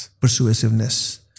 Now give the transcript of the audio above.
persuasiveness